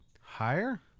Higher